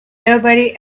nobody